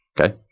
okay